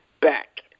back